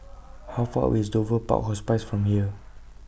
How Far away IS Dover Park Hospice from here